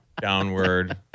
downward